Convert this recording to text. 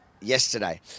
yesterday